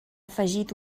afegit